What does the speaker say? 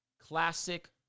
classic